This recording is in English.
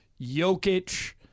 Jokic